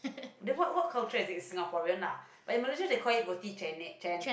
then what what culture I think is Singaporean lah like in Malaysia they call it roti chennei chen~